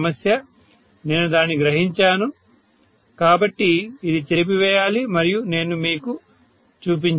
అదే సమస్య నేను దానిని గ్రహించాను కాబట్టి ఇది చెరిపివేయాలి మరియు నేను మీకు చూపించాలి